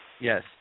Yes